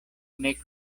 nek